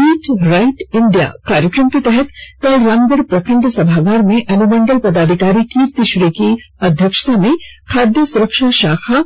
ईट right India कार्यक्रम के तहत कल रामगढ़ प्रखंड सभागार में अनुमंडल पदाधिकारी कीर्ति श्री की अध्यक्षता में खाद्य सुरक्षा शाखा